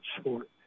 sport